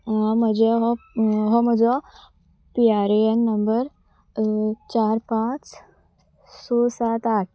म्हजे हो हो म्हजो P R A N number चार पांच स सात आठ